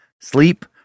sleep